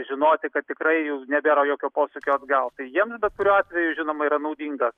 žinoti kad tikrai jau nebėra jokio posūkio atgal tai jiem bet kuriuo atveju žinoma yra naudinga